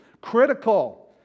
Critical